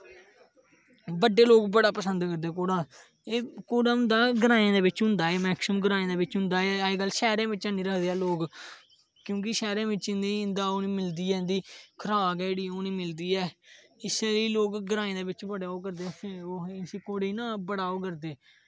बडे लोक बड़ा पसंद करदे घोड़ा एह् घोड़ा होंदा ग्राएं दे बिच होंदा ऐ मैक्सीमम ग्रांए दे बिच होंदा ऐ अजकल शैहरे बिच है नी रखदे लोक क्योंकि शैहरें बिच इनें इंदा ओह् नेईं मिलदी ऐ इंदी खराक ऐ जेहड़ी ओह् नेईं मिलदी ऐ होग ग्राए दे बिच बड़ा ओह् करदे घोडे़ गी ना बड़ा ओह् करदे